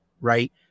Right